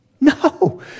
No